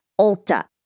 Ulta